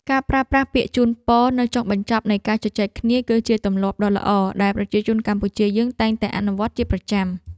ការប្រើពាក្យជូនពរនៅចុងបញ្ចប់នៃការជជែកគ្នាគឺជាទម្លាប់ដ៏ល្អដែលប្រជាជនកម្ពុជាយើងតែងតែអនុវត្តជាប្រចាំ។